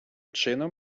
чином